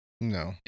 No